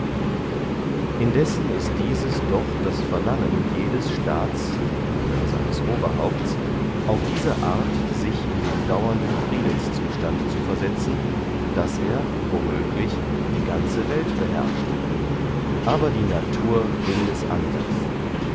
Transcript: indessen ist dieses das verlangen jedes staats oder seines oberhaupts auf diese art sich in den dauernden friedenszustand zu versetzen daß er wo möglich die ganze welt beherrscht aber die natur will es anders